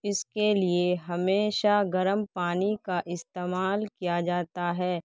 اس کے لیے ہمیشہ گرم پانی کا استعمال کیا جاتا ہے